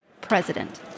President